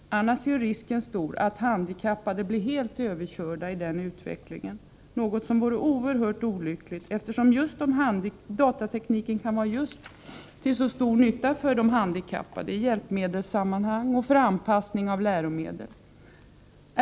Annars är risken stor att handikappade blir helt överkörda i den utvecklingen, något som vore oerhört olyckligt, eftersom datatekniken kan vara till stor nytta för just de handikappade i hjälpmedelssammanhang och för anpassning av läromedel.